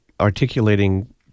articulating